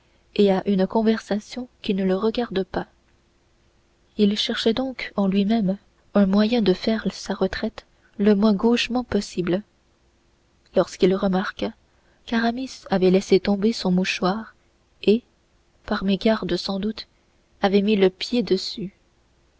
et à une conversation qui ne le regarde pas il cherchait donc en lui-même un moyen de faire sa retraite le moins gauchement possible lorsqu'il remarqua qu'aramis avait laissé tomber son mouchoir et par mégarde sans doute avait mis le pied dessus